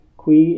qui